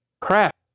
Crap